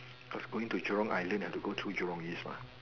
cause going to Jurong island you have to go to Jurong East mah